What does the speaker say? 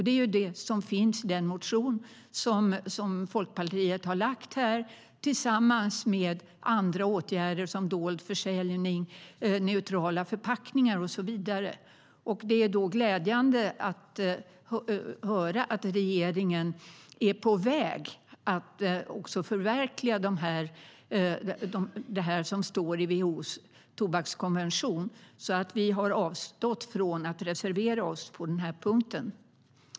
Det är det som finns i den motion som Folkpartiet har väckt tillsammans med andra åtgärder som dold försäljning, neutrala förpackningar och så vidare. Det är glädjande att höra att regeringen är på väg att förverkliga det som står i WHO:s tobakskonvention, så vi har avstått från att reservera oss på den punkten.